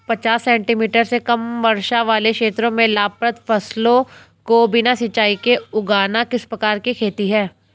पचास सेंटीमीटर से कम वर्षा वाले क्षेत्रों में लाभप्रद फसलों को बिना सिंचाई के उगाना किस प्रकार की खेती है?